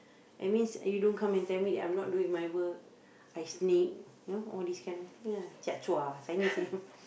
that means you don't come and tell me that I'm not doing my work I snake you know all these kind of thing ah jiak zhua Chinese say